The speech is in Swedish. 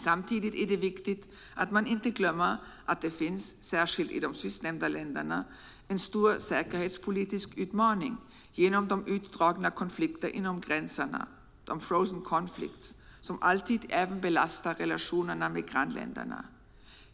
Samtidigt är det viktigt att man inte glömmer att det särskilt i de sistnämnda länderna finns en stor säkerhetspolitisk utmaning genom de utdragna konflikterna inom gränserna, så kallade frozen conflicts, som alltid även belastar relationerna med grannländerna.